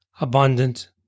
abundant